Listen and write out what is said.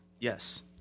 Yes